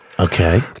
Okay